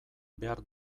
behar